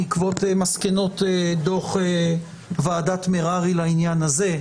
בעקבות מסקנות דוח ועדת מררי לעניין הזה,